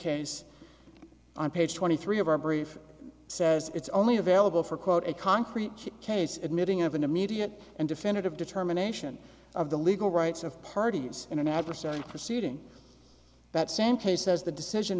case on page twenty three of our brief says it's only available for quote a concrete case admitting of an immediate and definitive determination of the legal rights of parties in an adversarial proceeding that same case says the decision